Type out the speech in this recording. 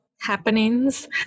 happenings